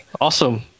awesome